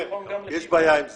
כן, יש בעיה עם זה.